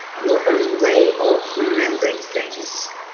your own way of remembering things.